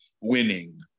winning